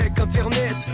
internet